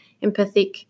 empathic